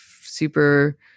super